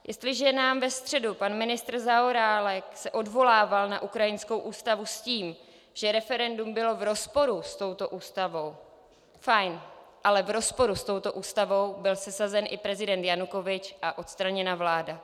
Jestliže se ve středu pan ministr Zaorálek odvolával na ukrajinskou ústavu s tím, že referendum bylo v rozporu s touto ústavou, fajn, ale v rozporu s touto ústavou byl sesazen i prezident Janukovyč a odstraněna vláda.